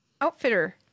outfitter